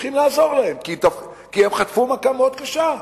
שצריכים לעזור להם, כי הם חטפו מכה מאוד קשה.